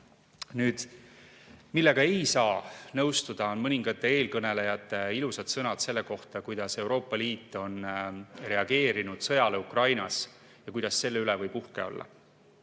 Nõustuda ei saa mõningate eelkõnelejate ilusate sõnadega selle kohta, kuidas Euroopa Liit on reageerinud sõjale Ukrainas ja kuidas selle üle võib uhke olla.